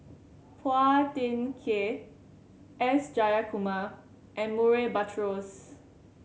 Phua Thin Kiay S Jayakumar and Murray Buttrose